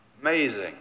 amazing